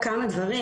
בבקשה.